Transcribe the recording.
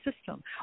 system